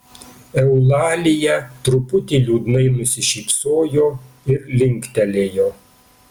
eulalija truputį liūdnai nusišypsojo ir linktelėjo